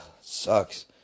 Sucks